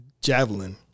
Javelin